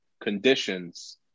conditions